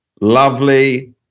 Lovely